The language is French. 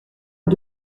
une